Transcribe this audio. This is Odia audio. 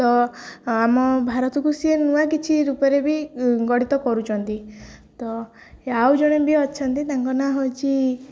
ତ ଆମ ଭାରତକୁ ସିଏ ନୂଆ କିଛି ରୂପରେ ବି ଗଣିତ କରୁଛନ୍ତି ତ ଆଉ ଜଣେ ବି ଅଛନ୍ତି ତାଙ୍କ ନାଁ ହେଉଛି